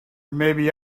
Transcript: maybe